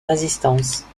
résistance